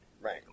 Right